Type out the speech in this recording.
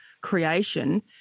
creation